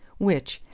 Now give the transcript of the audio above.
which,